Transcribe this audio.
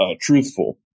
truthful